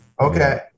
Okay